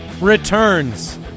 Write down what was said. returns